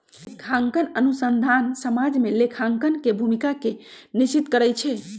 लेखांकन अनुसंधान समाज में लेखांकन के भूमिका के निश्चित करइ छै